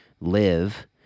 live